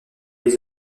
les